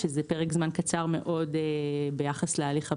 וזה פרק זמן קצר מאוד ביחס להליך הפלילי.